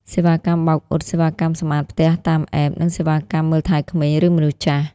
សេវាកម្មបោកអ៊ុត សេវាកម្មសម្អាតផ្ទះតាម App, និងសេវាកម្មមើលថែក្មេង ឬមនុស្សចាស់។